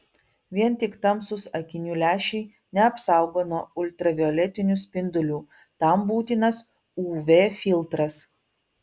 vien tik tamsūs akinių lęšiai neapsaugo nuo ultravioletinių spindulių tam būtinas uv filtras